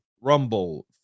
Rumble